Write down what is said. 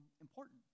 important